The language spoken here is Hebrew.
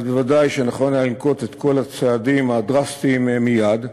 אז ודאי שנכון היה לנקוט את כל הצעדים הדרסטיים מייד,